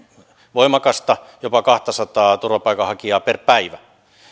voimakasta jopa kahtasataa turvapaikanhakijaa per päivä